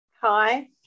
Hi